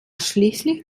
schließlich